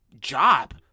job